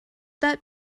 that